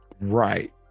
Right